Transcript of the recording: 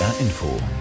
Info